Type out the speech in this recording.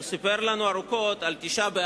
הוא סיפר לנו ארוכות על תשעה באב,